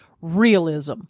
realism